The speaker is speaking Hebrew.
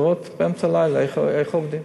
לראות באמצע הלילה איך עובדים.